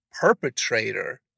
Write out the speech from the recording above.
perpetrator